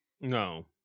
No